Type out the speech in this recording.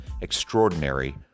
extraordinary